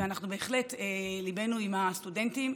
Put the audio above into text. ואנחנו בהחלט, ליבנו עם הסטודנטים.